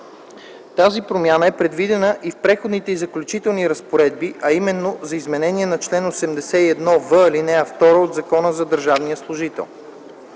Тази промяна е предвидена и в Преходните и заключителните разпоредби, а именно за изменение на чл. 81в, ал.2 от Закона за държавния служител.